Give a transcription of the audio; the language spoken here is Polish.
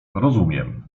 rozumiem